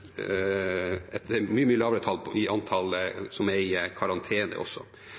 et mye lavere antall er i karantene også,